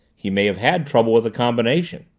he may have had trouble with the combination.